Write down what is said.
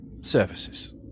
services